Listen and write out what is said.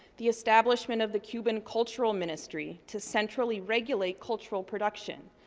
the establishment of the cuban cultural ministry to centrally regulate cultural production,